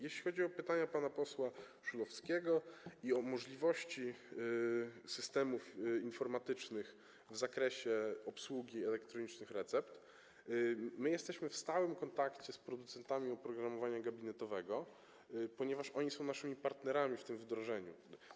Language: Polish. Jeśli chodzi o pytania pana posła Szulowskiego o możliwości systemów informatycznych w zakresie obsługi elektronicznych recept, to jesteśmy w stałym kontakcie z producentami oprogramowania gabinetowego, ponieważ oni są naszymi partnerami w tym wdrożeniu.